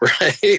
right